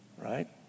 right